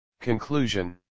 Conclusion